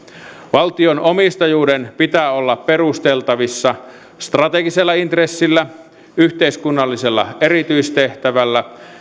valtion omistajuuden pitää olla perusteltavissa strategisella intressillä yhteiskunnallisella erityistehtävällä